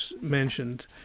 mentioned